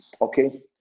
okay